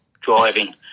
driving